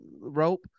rope